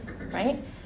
right